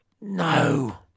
No